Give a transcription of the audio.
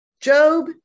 Job